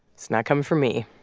it's not coming from me,